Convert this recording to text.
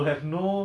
ah okay